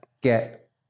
get